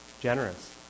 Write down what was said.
Generous